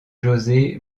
josé